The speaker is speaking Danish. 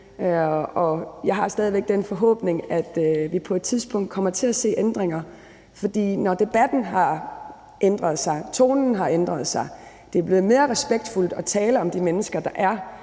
Jeg har stadig væk den forhåbning, at vi på et tidspunkt kommer til at se ændringer, for når debatten har ændret sig og tonen har ændret sig – det er blevet mere respektfuldt at tale om de mennesker, der er